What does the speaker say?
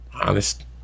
honest